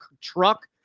truck